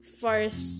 first